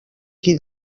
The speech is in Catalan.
qui